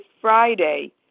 Friday